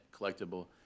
collectible